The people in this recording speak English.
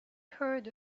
heard